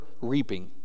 reaping